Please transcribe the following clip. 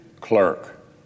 clerk